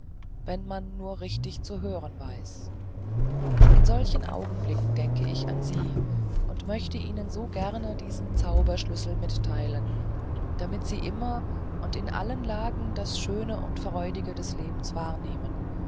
wenn man nur richtig zu hören weiß in solchen augenblicken denke ich an sie und möchte ihnen so gern diesen zauberschlüssel mitteilen damit sie immer und in allen lagen das schöne und freudige des lebens wahrnehmen